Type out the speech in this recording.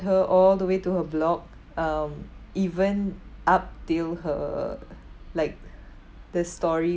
her all the way to her block um even up till her like the storey